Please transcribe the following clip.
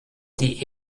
die